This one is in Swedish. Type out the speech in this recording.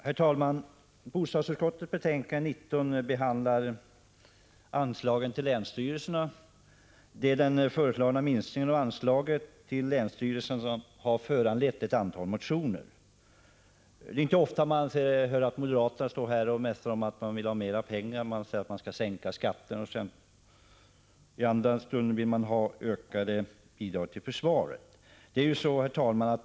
Herr talman! Bostadsutskottets betänkande 19 behandlar anslag till länsstyrelserna. Det är den föreslagna minskningen av anslaget till länsstyrelserna som har föranlett ett antal motioner. Det är inte ofta man hör moderater stå här och mässa om att de vill ha mera pengar. De brukar säga att de vill sänka skatterna, och i nästa stund vill de ha ökade anslag till försvaret.